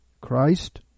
Christ